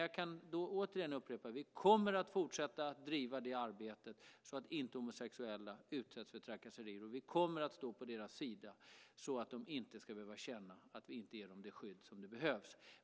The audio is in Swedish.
Jag kan återigen upprepa att vi kommer att fortsätta att driva arbetet så att inte homosexuella utsätts för trakasserier. Vi kommer att stå på deras sida så att de inte ska behöva känna att vi inte ger dem det skydd som behövs.